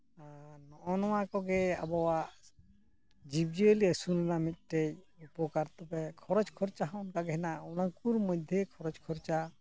ᱟᱨ ᱱᱚᱜᱼᱚ ᱱᱚᱣᱟ ᱠᱚᱜᱮ ᱟᱵᱚᱣᱟᱜ ᱡᱤᱵᱽᱼᱡᱤᱭᱟᱹᱞᱤ ᱟᱹᱥᱩᱞ ᱨᱮᱱᱟᱜ ᱢᱤᱫᱴᱮᱱ ᱩᱯᱚᱠᱟᱨ ᱛᱚᱵᱮ ᱠᱷᱚᱨᱚᱪ ᱠᱷᱚᱨᱪᱟ ᱦᱚᱸ ᱚᱱᱠᱟ ᱜᱮ ᱦᱮᱱᱟᱜᱼᱟ ᱩᱱᱠᱩ ᱢᱚᱫᱽᱫᱷᱮ ᱠᱷᱚᱨᱚᱪ ᱠᱷᱚᱨᱪᱟ